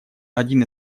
один